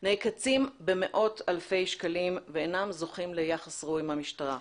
הם נעקצים במאות אלפי שקלים ואינם זוכים ליחס ראוי מהמשטרה.